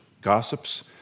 gossips